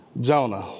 Jonah